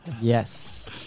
Yes